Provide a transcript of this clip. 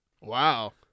wow